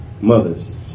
mothers